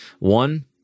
One